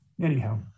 anyhow